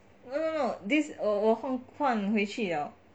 no no no this 我换回去了